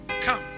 come